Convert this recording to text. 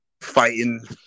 fighting